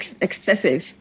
excessive